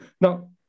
Now